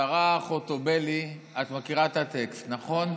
השרה חוטובלי, את מכירה את הטקסט, נכון?